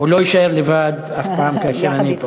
הוא לא יישאר לבד אף פעם כאשר אני פה.